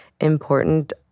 important